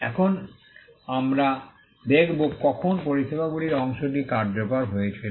এখন আমরা দেখব কখন পরিষেবাগুলির অংশটি কার্যকর হয়েছিল